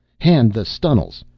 hand the stuns'ls!